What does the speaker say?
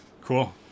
Cool